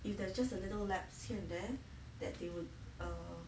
if they just a little lax here and there that they err